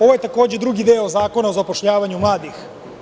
Ovo je, takođe drugi deo zakona o zapošljavanju mladih.